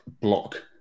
block